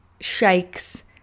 shakes